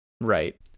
Right